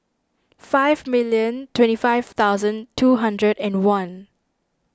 five million twenty five thousand two hundred and one